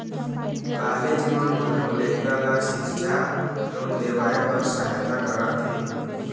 college मन घलोक लइका ल सिक्छा लोन देवाए बर सहायता करत हे